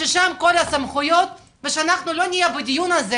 שם כל הסמכויות ושלא נהיה בדיון הזה